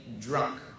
drunk